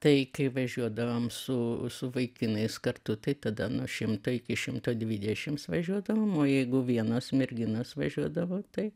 tai kai važiuodavom su su vaikinais kartu tai tada nuo šimto iki šimto dvidešims važiuodavom o jeigu vienos merginos važiuodavo tai